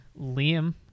Liam